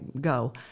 go